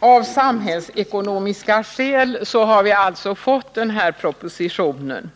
Av samhällsekonomiska skäl har vi emellertid fått den här propositionen.